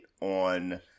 on